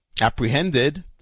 apprehended